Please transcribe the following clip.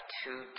two